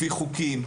לפי חוקים,